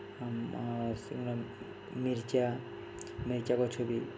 ସେ ମିର୍ଚା ମିର୍ଚା ଗଛ ବି